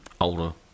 older